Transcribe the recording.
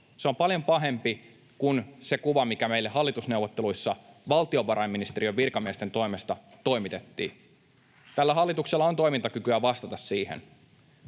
Se on paljon pahempi kuin se kuva, mikä meille hallitusneuvotteluissa valtiovarainministeriön virkamiesten toimesta toimitettiin. Tällä hallituksella on toimintakykyä vastata siihen.